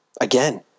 again